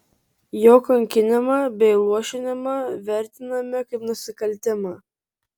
jo kankinimą bei luošinimą vertiname kaip nusikaltimą